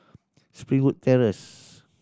Springwood Terrace